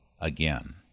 again